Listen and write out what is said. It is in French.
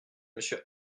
monsieur